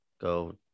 go